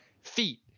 feet